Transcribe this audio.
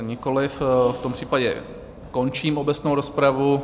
Nikoliv, v tom případě končím obecnou rozpravu.